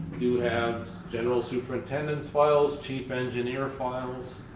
you have general superintendents' files, chief engineer's files.